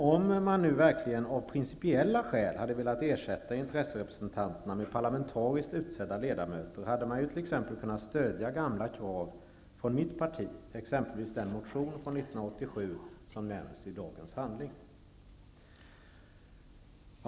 Om man verkligen av principiella skäl hade velat ersätta intresserepresentanterna med parlamentariskt utsedda ledamöter, hade man kunnat stödja gamla krav från mitt parti, exempelvis den motion från 1987 som nämns i dagens handling.